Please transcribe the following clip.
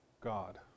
God